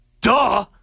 duh